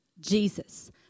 Jesus